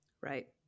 Right